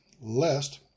lest